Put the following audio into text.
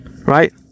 right